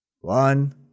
One